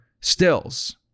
Stills